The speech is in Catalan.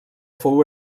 fou